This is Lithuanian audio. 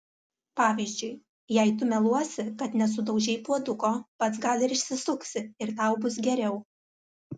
pavyzdžiui jei tu meluosi kad nesudaužei puoduko pats gal ir išsisuksi ir tau bus geriau